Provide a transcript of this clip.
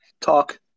talk